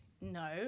no